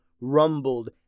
rumbled